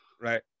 Right